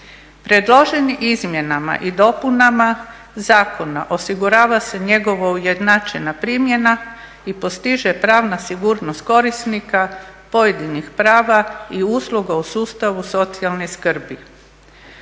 Predloženim izmjenama i dopunama Zakona osigurava se njegova ujednačena primjena i postiže pravna sigurnost korisnika pojedinih prava i usluga u sustavu socijalne skrbi.